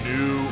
New